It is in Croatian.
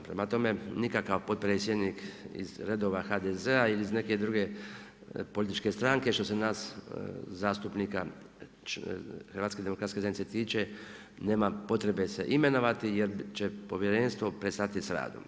Prema tome, nikakav potpredsjednik iz redova HDZ-a ili iz neke druge političke stranke što se nas zastupnika HDZ-a tiče nema potrebe se imenovati jer će povjerenstvo prestati sa radom.